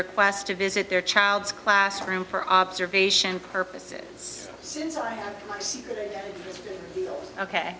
request to visit their child's classroom for observation purposes